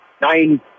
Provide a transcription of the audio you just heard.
nine